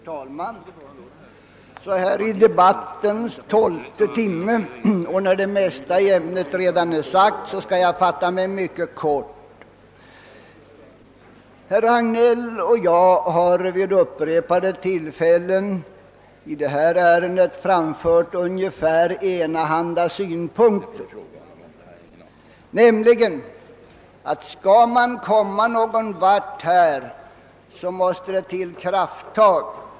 Herr talman! Så här i debattens tolfte timme och när det mesta i ämnet redan är sagt skall jag fatta mig mycket kort. Herr Hagnell och jag har vid upprepade tillfällen framfört ungefär enahanda synpunkter, nämligen att om man skall kunna åstadkomma någonting i fråga om regionalpolitiken krävs det krafttag.